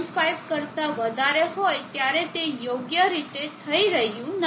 5 કરતા વધારે હોય ત્યારે તે યોગ્ય રીતે થઈ રહ્યું નથી